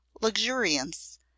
luxuriance